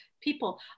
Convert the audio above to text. people